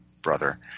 brother